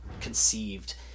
conceived